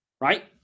right